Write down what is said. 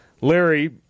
Larry